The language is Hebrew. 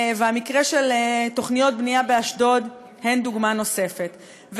והמקרה של תוכניות בנייה באשדוד הוא דוגמה נוספת,